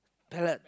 palate